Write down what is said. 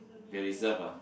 they reserve ah